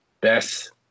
best